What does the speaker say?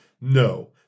no